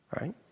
Right